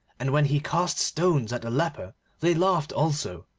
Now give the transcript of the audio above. and when he cast stones at the leper they laughed also.